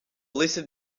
listen